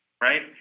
Right